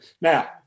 Now